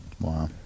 wow